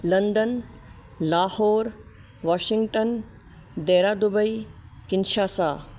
London Lahore Washington दैहरा Dubai Kinshasa